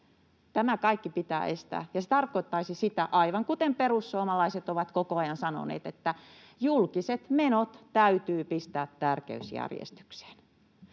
Tämä kaikki pitää estää, ja se tarkoittaisi sitä, aivan kuten perussuomalaiset ovat koko ajan sanoneet, että julkiset menot täytyy pistää tärkeysjärjestykseen.